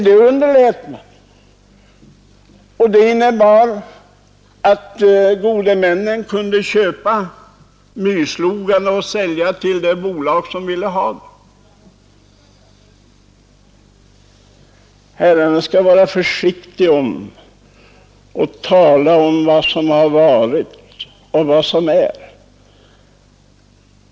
Det underlät man, och det innebar att gode männen kunde köpa myrslogarna och sälja till de bolag som ville ha dem. Herrarna skall vara försiktiga med att tala om vad som har varit och vad som är.